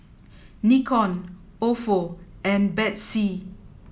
Nikon Ofo and Betsy